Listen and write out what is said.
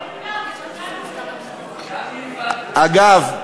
לכולם, אגב,